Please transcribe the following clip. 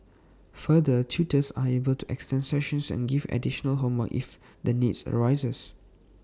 further tutors are able to extend sessions and give additional homework if the need arises